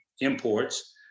imports